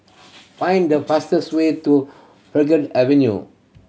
find the fastest way to Avenue